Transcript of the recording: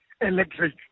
electric